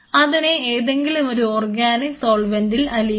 അതിനെ ഏതെങ്കിലുമൊരു ഓർഗാനിക് സോൾവെന്റിൽ അലിയിക്കുക